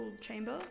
chamber